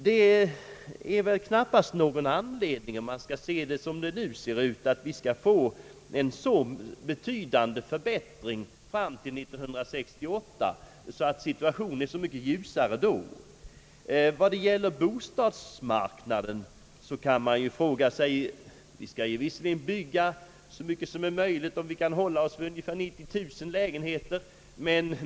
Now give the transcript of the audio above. Det finns knappast någon anledning att såsom läget nu ser ut anta att vi skall få en så betydande förbättring fram till 1968 att situationen är mycket ljusare då. Vad beträffar bostadsmarknaden skall vi visserligen bygga så mycket som är möjligt och kanske vi kan hålla oss vid ungefär 90 000 lägenheter.